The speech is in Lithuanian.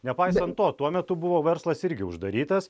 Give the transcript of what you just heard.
nepaisant to tuo metu buvo verslas irgi uždarytas